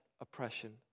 oppression